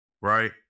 right